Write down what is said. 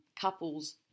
couples